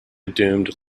doomed